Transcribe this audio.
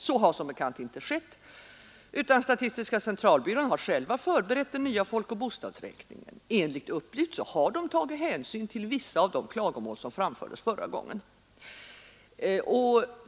Så har som bekant inte skett, utan statistiska centralbyrån har själv förberett den nya folkoch bostadsräkningen. Enligt uppgift har centralbyrån tagit hänsyn till vissa av de klagomål som fram fördes förra gången.